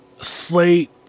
slate